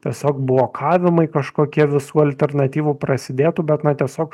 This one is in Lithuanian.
tiesiog blokavimai kažkokie visų alternatyvų prasidėtų bet na tiesiog